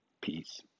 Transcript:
Peace